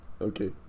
Okay